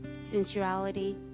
sensuality